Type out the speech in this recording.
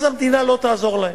המדינה לא תעזור להם.